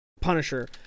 Punisher